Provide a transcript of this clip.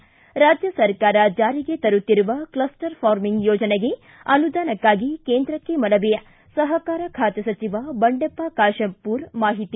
ಿ ರಾಜ್ಯ ಸರ್ಕಾರ ಜಾರಿಗೆ ತರುತ್ತಿರುವ ಕ್ಲಸ್ಪರ್ ಫಾರ್ಮಿಂಗ್ ಯೋಜನೆಗೆ ಅನುದಾನಕ್ಕಾಗಿ ಕೇಂದ್ರಕ್ಕೆ ಮನವಿ ಸಹಕಾರ ಖಾತೆ ಸಚಿವ ಬಂಡೆಪ್ಪ ಕಾಶೆಂಪುರ ಮಾಹಿತಿ